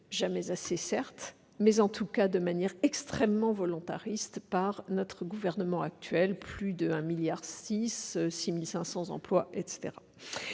jamais assez, certes, mais en tout cas de manière extrêmement volontariste par le gouvernement actuel : plus de 1,6 milliard d'euros, 6 500 emplois, etc.